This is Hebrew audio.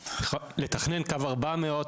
לתכנן קו ארבע מאות,